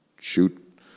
shoot